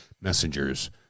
messengers